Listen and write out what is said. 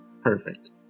Perfect